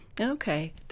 Okay